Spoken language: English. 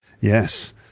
Yes